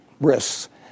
risks